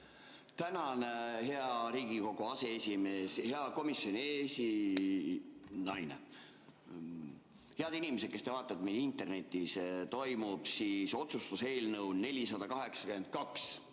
Tänan, hea Riigikogu aseesimees! Hea komisjoni esinaine! Head inimesed, kes te vaatate meid internetis! Toimub otsuse eelnõu 482